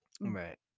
right